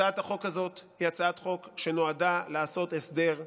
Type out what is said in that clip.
הצעת החוק הזאת היא הצעת חוקה שנועדה לעשות הסדר,